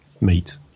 meat